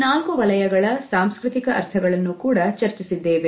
ಈ ನಾಲ್ಕು ವಲಯಗಳ ಸಾಂಸ್ಕೃತಿಕ ಅರ್ಥಗಳನ್ನು ಕೂಡ ಚರ್ಚಿಸಿದೆವು